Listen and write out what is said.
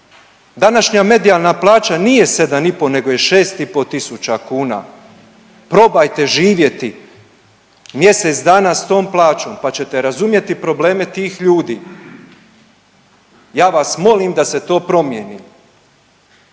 Današnja medijalna plaća nije 7,5 nego je 6,5 tisuća kuna, probajte živjeti mjesec dana s tom plaćom pa ćete razumjeti probleme tih ljudi. Ja vas molim da se to promijeni.